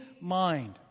mind